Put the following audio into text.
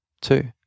Two